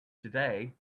today